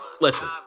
Listen